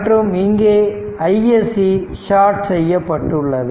மற்றும் இங்கே iSC short செய்யப்பட்டுள்ளது